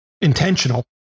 intentional